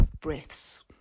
breaths